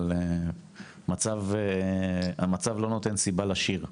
אבל המצב לא נותן סיבה לשיר,